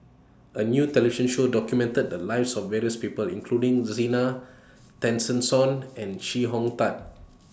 A New television Show documented The Lives of various People including Zena Tessensohn and Chee Hong Tat